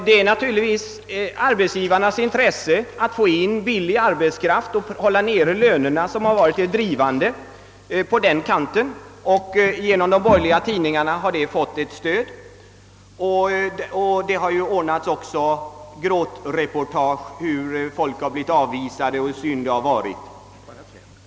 Det är naturligtvis arbetsgivarnas intresse av att få in billig arbetskraft och hålla nere lönerna som har varit drivande härvidlag och som fått stöd av de borgerliga tidningarna. Dessa har ju också ordnat gråtreportage om hur människor blivit avvisade och hur synd det varit om dem.